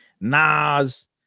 Nas